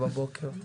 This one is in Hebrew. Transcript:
בבוקר.